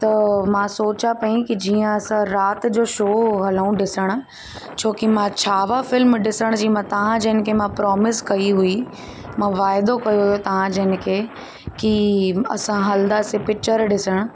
त मां सोचियां पयी कि जीअं असां राति जो शो हलूं डिसणु छोकि मां छावा फ़िल्म ॾिसण जी तव्हां जिन खे मां प्रोमिस कयी हुई मां वाइदो कयो हुयो तव्हां जिन खे कि असां हलंदासीं पिच्चर ॾिसणु